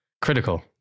critical